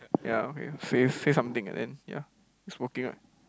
ya okay say say something then ya smoking right